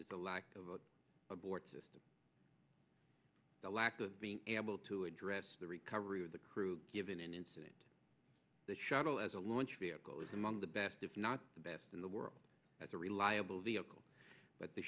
the lack of abort system the lack of being able to address the recovery of the crew given an incident the shuttle as a launch vehicle is among the best if not the best in the world as a reliable vehicle but the